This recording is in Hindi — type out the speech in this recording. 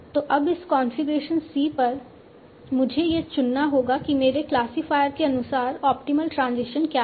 तो अब इस कॉन्फ़िगरेशन C पर मुझे यह चुनना होगा कि मेरे क्लासिफायरियर के अनुसार ऑप्टिमल ट्रांजिशन क्या है